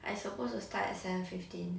I supposed to start at seven fifteen